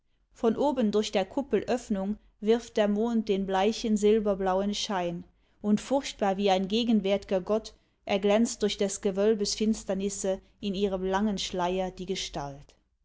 von oben durch der kuppel öffnung wirft der mond den bleichen silberblauen schein und furchtbar wie ein gegenwärtger gott erglänzt durch des gewölbes finsternisse in ihrem langen schleier die gestalt